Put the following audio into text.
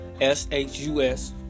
SHUS